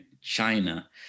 China